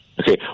Okay